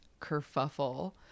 kerfuffle